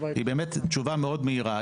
התשובה היא באמת תשובה מאוד מהירה.